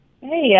Hey